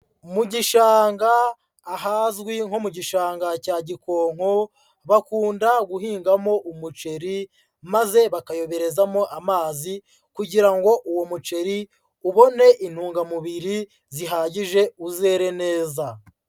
Mu gishanga ahazwi nko mu gishanga cya Gikonko, bakunda guhingamo umuceri maze bakayoherezamo amazi kugira ngo uwo muceri ubone intungamubiri zihagije uzere neza.